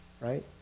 right